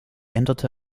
änderte